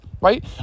right